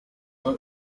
yari